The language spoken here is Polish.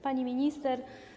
Pani Minister!